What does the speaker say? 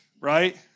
right